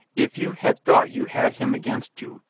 if you had thought you had him against you,